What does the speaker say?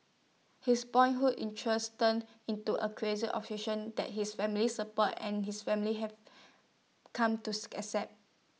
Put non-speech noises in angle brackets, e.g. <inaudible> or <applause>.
his boyhood interest turned into A crazy obsession that his family support and his family have come to <unintelligible> accept